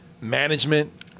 management